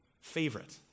favorite